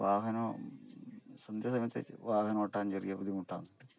പിന്നെ വാഹനവും സന്ധ്യാസമയത്ത് വാഹനവും ഒട്ടാൻ ചെറിയ ബുദ്ധിമുട്ടാണ്